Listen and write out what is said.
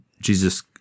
Jesus